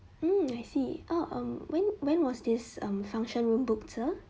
mm I see ah um when when was this um function room booked